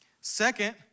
Second